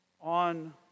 On